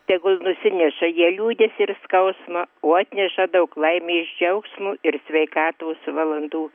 tegul nusineša jie liūdesį ir skausmą o atneša daug laimės džiaugsmo ir sveikatos valandų